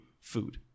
food